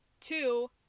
two